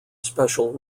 special